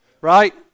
right